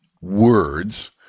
words